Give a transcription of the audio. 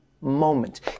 moment